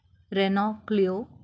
Renault Clio